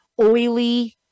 oily